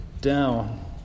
down